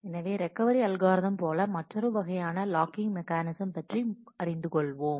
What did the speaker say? எனவே recovery algorithm போல மற்றொரு வகையான லாக்கிங் மெக்கானிசம் பற்றி அறிந்து கொள்வோம்